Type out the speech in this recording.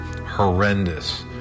horrendous